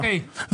אוקיי, תודה.